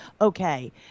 okay